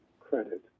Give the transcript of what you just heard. credit